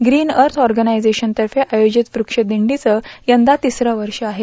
green earth ऑर्गनाएक्षेशनतर्फे आयोजित वृक्षदिंडीचं यंदा तिसरे वर्ष आहे